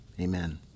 Amen